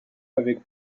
avec